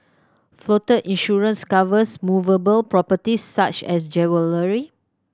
floater insurance covers movable properties such as jewellery